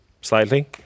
slightly